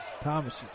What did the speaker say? Thomas